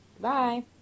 Bye